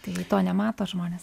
tai to nemato žmonės